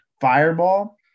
Fireball